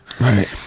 Right